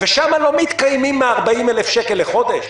ושם לא מתקיימים מ-40,000 שקל לחודש,